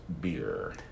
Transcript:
beer